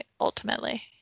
ultimately